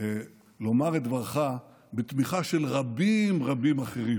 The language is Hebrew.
לומר את דברך בתמיכה של רבים רבים אחרים.